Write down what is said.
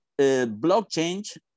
blockchain